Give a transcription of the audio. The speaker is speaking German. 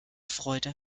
freude